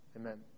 Amen